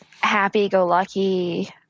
happy-go-lucky